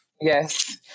Yes